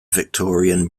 victorian